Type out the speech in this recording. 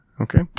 Okay